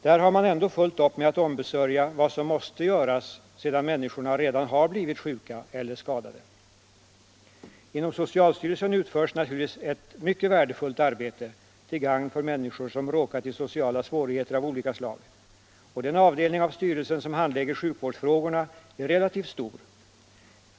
Där har man ändå fullt upp med att om område besörja vad som måste göras sedan människor redan har blivit sjuka eller skadade. Inom socialstyrelsen utförs naturligtvis ett mycket värdefullt arbete till gagn för människor som råkat i sociala svårigheter av olika slag, och den avdelning av styrelsen som handlägger sjuk vårdsfrågorna är relativt stor.